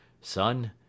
Son